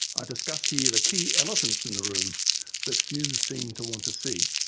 i discuss here the key elephants in the room that few seem to want to see.